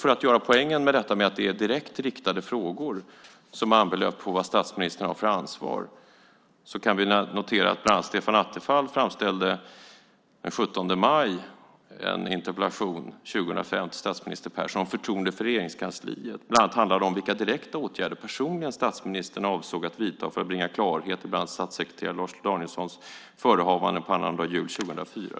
För att visa poängen med detta att det är direkt riktade frågor som hänför sig till vad statsministern har för ansvar kan vi bland annat notera att Stefan Attefall den 17 maj 2005 framställde en interpellation till statsminister Persson om förtroendet för Regeringskansliet och vilka direkta åtgärder statsministern personligen avsåg att vidta för att bringa klarhet i bland annat statssekreterare Lars Danielssons förehavanden på annandag jul 2004.